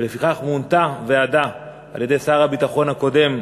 ולפיכך מונתה ועדה על-ידי שר הביטחון הקודם,